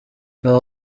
aba